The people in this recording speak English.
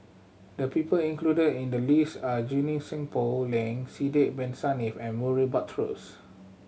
the people included in the list are Junie Sng Poh Leng Sidek Bin Saniff and Murray Buttrose